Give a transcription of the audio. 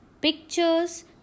pictures